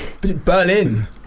Berlin